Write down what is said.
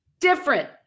Different